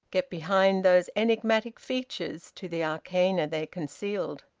get behind those enigmatic features to the arcana they concealed.